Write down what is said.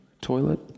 toilet